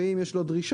ואם יש לו דרישות,